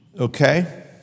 Okay